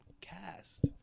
Cast